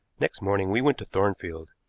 next morning we went to thornfield.